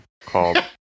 called